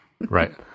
Right